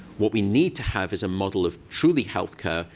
what we need to have is a model of truly health care.